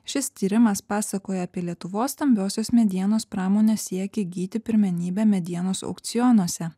šis tyrimas pasakoja apie lietuvos stambiosios medienos pramonės siekį įgyti pirmenybę medienos aukcionuose